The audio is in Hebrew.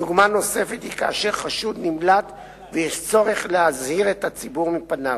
דוגמה נוספת היא כאשר חשוד נמלט ויש צורך להזהיר את הציבור מפניו.